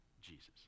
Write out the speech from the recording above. Jesus